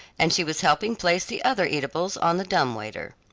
and she was helping place the other eatables on the dumb-waiter.